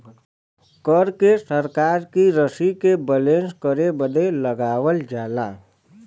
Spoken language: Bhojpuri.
कर के सरकार की रशी के बैलेन्स करे बदे लगावल जाला